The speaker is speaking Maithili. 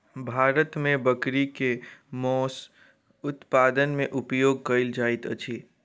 भारत मे बकरी के मौस उत्पादन मे उपयोग कयल जाइत अछि